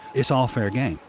it's all fair game.